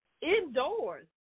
indoors